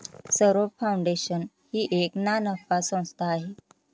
Saurabh foundation ही एक ना नफा संस्था आहे